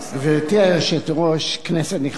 גברתי היושבת-ראש, כנסת נכבדה,